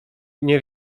nie